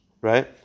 right